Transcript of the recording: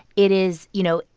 it is you know,